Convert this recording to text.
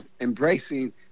embracing